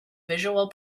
visual